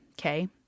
okay